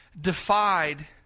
defied